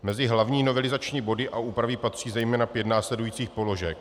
Mezi hlavní novelizační body a úpravy patří zejména pět následujících položek.